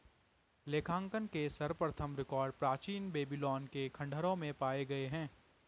लेखांकन के सर्वप्रथम रिकॉर्ड प्राचीन बेबीलोन के खंडहरों में पाए गए हैं